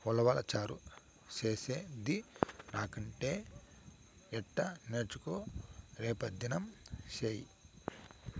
ఉలవచారు చేసేది రాకంటే ఎట్టా నేర్చుకో రేపుదినం సెయ్యి